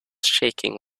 shaking